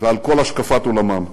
ועל כל השקפת עולמם.